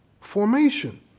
formation